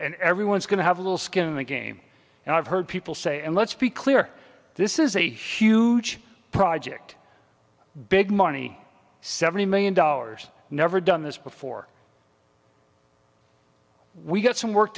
and everyone's going to have a little skin in the game and i've heard people say and let's be clear this is a huge project big money seventy million dollars never done this before we got some work